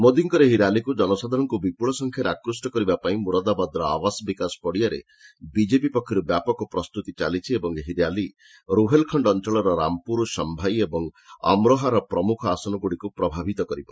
ମୋଦିଙ୍କର ଏହି ର୍ୟାଲିକ୍ ଜନସାଧାରଣଙ୍କୁ ବିପୁଳ ସଂଖ୍ୟାରେ ଆକୃଷ୍ଟ କରିବାପାଇଁ ମୁରାଦାବାଦର ଆୱାସ୍ ବିକାଶ ପଡ଼ିଆରେ ବିକେପି ପକ୍ଷରୁ ବ୍ୟାପକ ପ୍ରସ୍ତୁତି ଚାଲିଛି ଏବଂ ଏହି ର୍ୟାଲି ରୁହେଲ୍ଖଣ୍ଡ୍ ଅଞ୍ଚଳର ରାମପୁର ସମ୍ଭାଇ ଓ ଆମ୍ରୋହାର ପ୍ରମୁଖ ଆସନଗୁଡ଼ିକୁ ପ୍ରଭାବିତ କରିବ